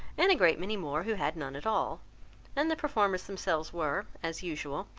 and a great many more who had none at all and the performers themselves were, as usual,